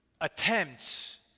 attempts